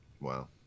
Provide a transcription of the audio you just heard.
Wow